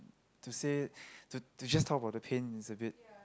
to say to to just talk about the pain is a bit